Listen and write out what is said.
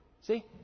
See